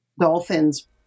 dolphins